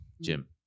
Jim